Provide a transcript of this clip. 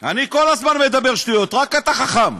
אני כל הזמן מדבר שטויות, רק אתה חכם.